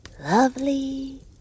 Lovely